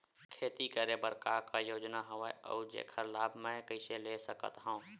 खेती करे बर का का योजना हवय अउ जेखर लाभ मैं कइसे ले सकत हव?